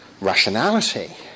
rationality